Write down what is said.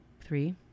three